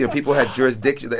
and people had jurisdiction, like,